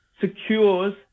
secures